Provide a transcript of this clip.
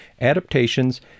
adaptations